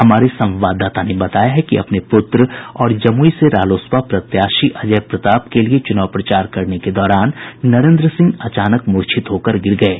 हमारे संवाददाता ने बताया है कि अपने पूत्र और जमूई से रालोसपा प्रत्याशी अजय प्रताप के लिए चूनाव प्रचार करने के दौरान नरेन्द्र सिंह अचानक मूर्च्छित होकर गिर गये